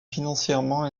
financièrement